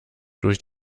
durch